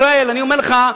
ישראל, אני אומר לך,